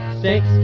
Six